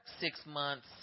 six-months